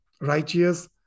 righteous